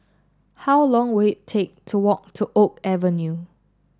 how long will it take to walk to Oak Avenue